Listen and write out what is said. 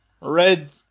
red